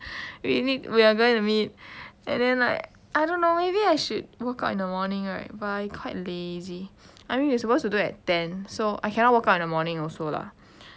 we're going to meet and then like I don't know maybe I should work out in the morning right but I quite lazy I mean we're supposed to do at ten so I cannot work out in the morning also lah